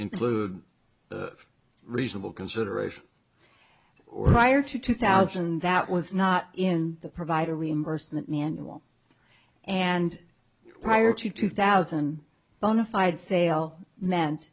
include reasonable consideration or prior to two thousand that was not in the provider reimbursement manual and prior to two thousand bonafide sale meant